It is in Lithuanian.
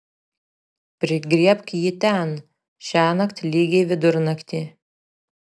prigriebk jį ten šiąnakt lygiai vidurnaktį